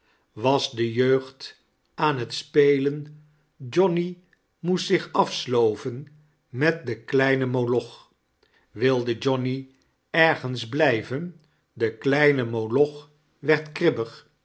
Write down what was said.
was de jeugd aan t spelen johnny moest zich af sloven met den kleinen moloch wilde johnny ergens blijven de kleine moloch werd kribbig